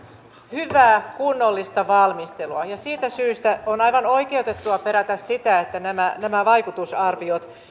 hyvää kunnollista valmistelua siitä syystä on aivan oikeutettua perätä sitä että nämä nämä vaikutusarviot